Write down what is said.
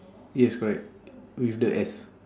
yes correct with the S